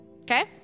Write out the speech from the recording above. Okay